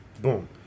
Boom